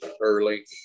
early